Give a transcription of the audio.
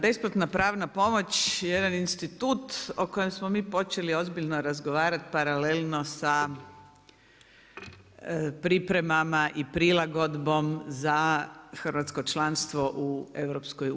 Besplatna pravna pomoć, jedan institut o kojem smo mi počeli ozbiljno razgovarati paralelno sa pripremama i prilagodbom za hrvatsko članstvo u EU.